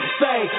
say